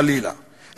חלילה,